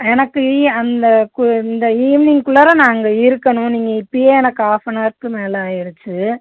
எனக்கு அந்த இந்த ஈவனிங்குள்ளாற நான் அங்கே இருக்கணும் நீங்கள் இப்பையே எனக்கு ஹாஃப் அண்ட் ஹவர்க்கு மேலே ஆயிருச்சு